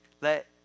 let